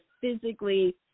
physically